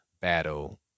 battle